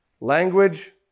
language